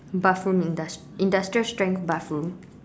bathroom indust~ industrial strength bathroom